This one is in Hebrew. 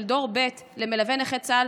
של דור ב' למלווה נכה צה"ל,